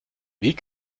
wie